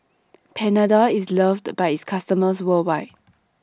Panadol IS loved By its customers worldwide